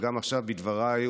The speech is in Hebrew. וגם עכשיו בדבריי,